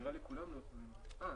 בפסקה (4),